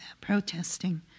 protesting